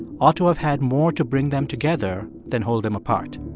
ought to have had more to bring them together than hold them apart